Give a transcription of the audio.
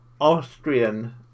Austrian